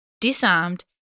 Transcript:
disarmed